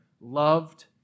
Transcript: loved